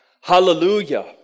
Hallelujah